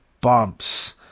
bumps